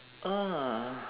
ah